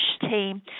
team